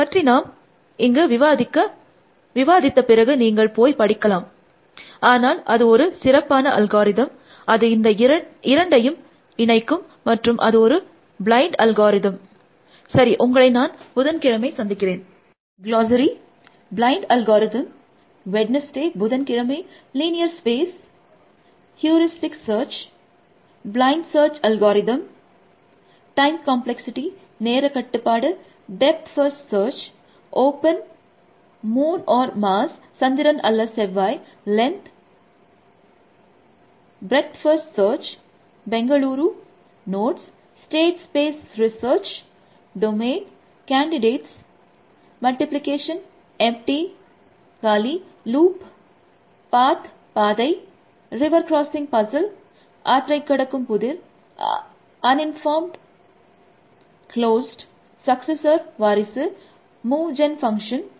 அதை பற்றி நாம் இங்கு விவாதித்த பிறகு நீங்கள் போய் படிக்கலாம் ஆனால் அது ஒரு சிறப்பான அல்காரிதம் அது இந்த இரண்டையும் இணைக்கும் மாற்று அது ஒரு பிளைண்ட் அல்காரிதம் சரி உங்களை நான் புதன்கிழமை சந்திக்கிறேன்